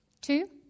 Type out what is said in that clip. Two